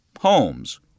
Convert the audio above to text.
homes